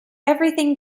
everything